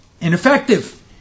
ineffective